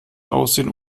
aussehen